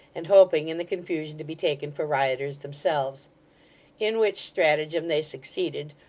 and hoping in the confusion to be taken for rioters themselves in which stratagem they succeeded,